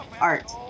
Art